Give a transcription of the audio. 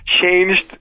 changed